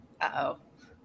uh-oh